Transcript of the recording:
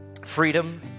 Freedom